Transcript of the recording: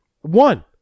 One